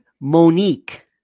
Monique